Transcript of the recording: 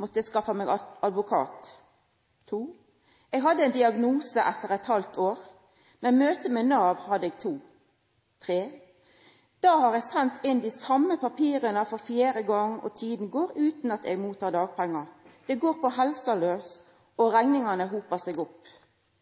måtte jeg skaffe meg advokat.» «Jeg hadde en diagnose, etter et halvt år med møte med Nav hadde jeg to.» «Da har jeg sendt inn de samme papirene for fjerde gang, og tiden går uten at jeg mottar dagpenger. Det går på helsen løs, og regningene hoper seg opp.»